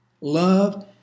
Love